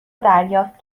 دریافت